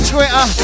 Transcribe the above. Twitter